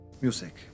Music